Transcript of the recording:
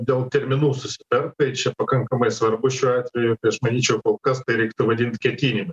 dėl terminų susitart tai čia pakankamai svarbu šiuo atveju tai aš manyčiau kol kas tai reiktų vadint ketinimai